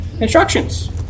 instructions